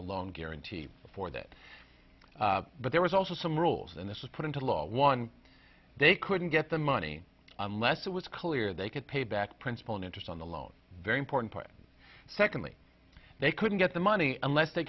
a loan guarantee for that but there was also some rules and this was put into law one they couldn't get the money unless it was clear they could pay back principal and interest on the loan very important part secondly they couldn't get the money unless they